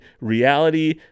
reality